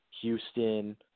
Houston